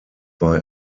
bei